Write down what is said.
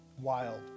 wild